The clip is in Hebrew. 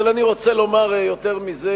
אבל אני רוצה לומר יותר מזה.